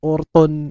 Orton